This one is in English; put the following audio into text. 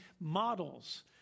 models